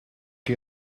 chi